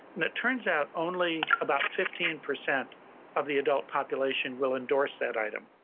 and it turns out only about fifteen percent of the adult population will endorse that item.